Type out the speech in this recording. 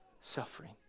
suffering